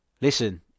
listen